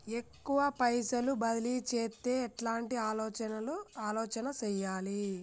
ఎక్కువ పైసలు బదిలీ చేత్తే ఎట్లాంటి ఆలోచన సేయాలి?